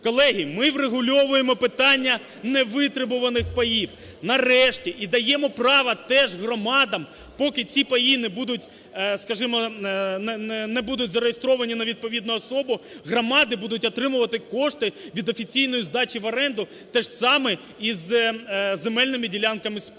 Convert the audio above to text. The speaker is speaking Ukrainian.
Колеги, ми врегульовуємо питання невитребуваних паїв, нарешті. І даємо право теж громадам, поки ці паї не будуть, скажімо, не будуть зареєстровані на відповідну особу, громади будуть отримувати кошти від офіційної здачі в оренду. Те ж саме із земельними ділянками спадщини.